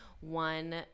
one